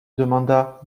demanda